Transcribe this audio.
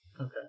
Okay